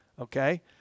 okay